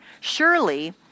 Surely